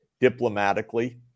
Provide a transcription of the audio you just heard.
diplomatically